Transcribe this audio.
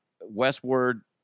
Westward